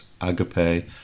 agape